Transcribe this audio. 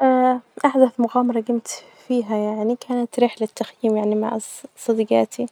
أ أحدث مغامرة كنت فيها يعني كانت رحلة تخييم مع أص-صديجاتي،